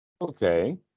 Okay